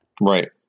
Right